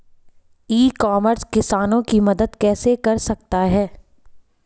ई commerce किसानों की मदद कैसे कर सकता है?